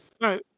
right